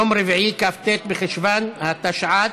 יום רביעי, כ"ט בחשוון התשע"ט,